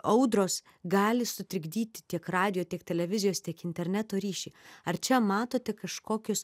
audros gali sutrikdyti tiek radijo tiek televizijos tiek interneto ryšį ar čia matote kažkokius